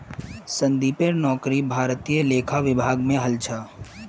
संदीपेर नौकरी भारतीय लेखा विभागत हल छ